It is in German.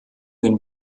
den